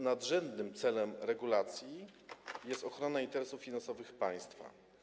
Nadrzędnym celem regulacji jest ochrona interesów finansowych państwa.